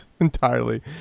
entirely